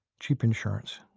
cheap insurance.